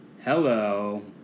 Hello